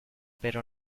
pero